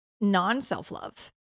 non-self-love